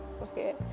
okay